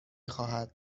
خواهد